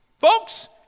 Folks